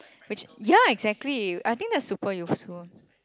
which ya exactly I think that's super useful